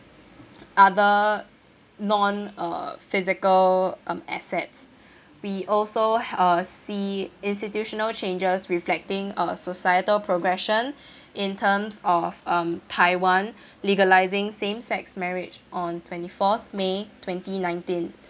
other non uh physical um assets we also uh see institutional changes reflecting a societal progression in terms of um taiwan legalising same sex marriage on twenty fourth may twenty nineteen